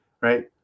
right